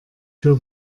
für